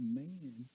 man